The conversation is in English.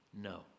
no